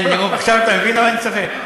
עכשיו אתה מבין למה אני צוחק?